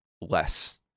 less